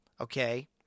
Okay